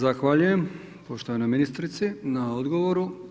Zahvaljujem poštovanoj ministrici na odgovoru.